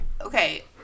okay